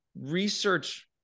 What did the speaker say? research